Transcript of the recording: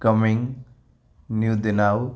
coming new दिलाऊ